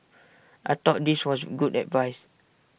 I thought this was good advice